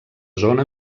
zona